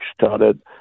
started